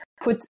put